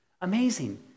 Amazing